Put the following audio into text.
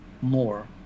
more